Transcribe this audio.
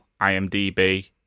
IMDb